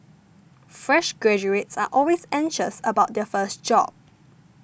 fresh graduates are always anxious about their first job